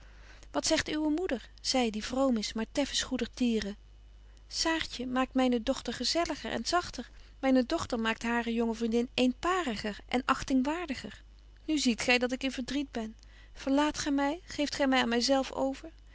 wat zegt uwe moeder zy die vroom is maar teffens goedertieren saartje maakt myne dochter gezelliger en zagter myne dochter maakt hare jonge vriendin eenpariger en achtingwaardiger nu ziet gy dat ik in verdriet ben verlaat gy my geeft gy my aan my zelf over